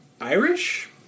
Irish